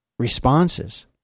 responses